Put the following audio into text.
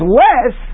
less